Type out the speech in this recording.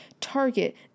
Target